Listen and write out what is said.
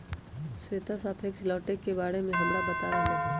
श्वेता सापेक्ष लौटे के बारे में हमरा बता रहले हल